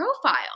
profile